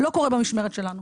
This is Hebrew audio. לא קורה במשמרת שלנו.